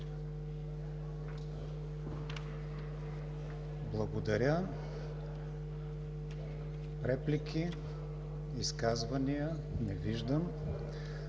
Благодаря Ви. Реплики? Изказвания? Не виждам.